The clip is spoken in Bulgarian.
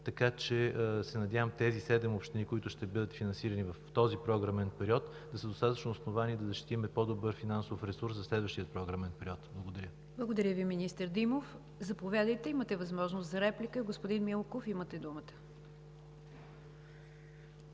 за мерки. Надявам се седемте общини, които ще бъдат финансирани в този програмен период, да са достатъчно основание да защитим по-добър финансов ресурс за следващия програмен период. Благодаря. ПРЕДСЕДАТЕЛ НИГЯР ДЖАФЕР: Благодаря Ви, министър Димов. Заповядайте, имате възможност за реплика. Господин Милков, имате думата.